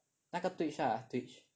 那个 Twitch lah Twitch